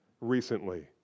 recently